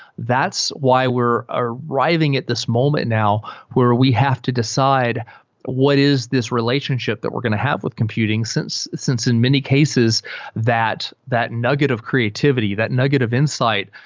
that's why we're arriving at this moment now where we have to decide what is this relationship that we're going to have with computing, since since in many cases that that nugget of creativity, that nugget of insight,